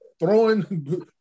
throwing